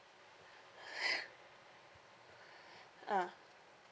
ah